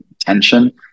tension